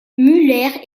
muller